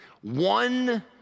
one